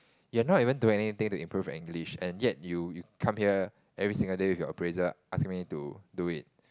you are not even do anything to improve your English and yet you you come here every single day with you appraisal ask me to do it